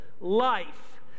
life